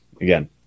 again